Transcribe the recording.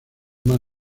mar